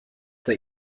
der